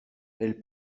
elle